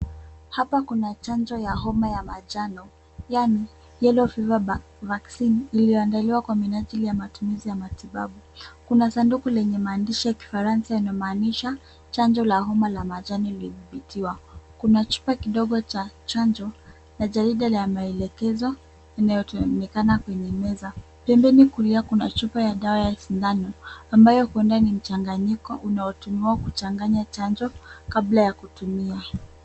Hapa kuna chanjo ya homa ya manjano yaani yellow fever vaccine . iliyoandaliwa kwa minajili ya matumizi ya matibabu. Kuna sanduku lenye maandishi ya kifaransa yanamaanisha chanjo la homa la manjano imedhibitiwa. Kuna chupa kidogo cha chanjo na jarida la maelekezo inayoonekana kwenye meza. Pembeni kulia kuna chupa ya dawa ya sindano ambayo huenda ni mchanganyiko unaotumiwa kuchanganya chanjo kabla ya kutumia.